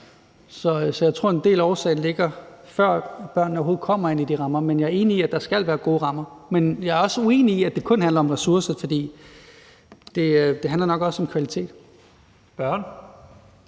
Så jeg tror, at en del af årsagen ligger, før børnene overhovedet kommer ind i de rammer, men jeg er enig i, at der skal være gode rammer. Men jeg er også uenig i, at det kun handler om ressourcer, for det handler nok også om kvalitet. Kl.